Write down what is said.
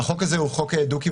החוק הזה הוא חוק דו-כיווני,